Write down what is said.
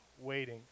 waiting